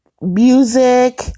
music